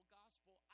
gospel